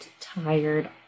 tired